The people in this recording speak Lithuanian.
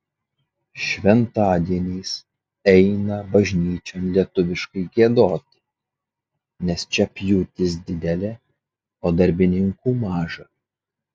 šventadieniais eina bažnyčion lietuviškai giedoti nes čia pjūtis didelė o darbininkų maža